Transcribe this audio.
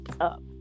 up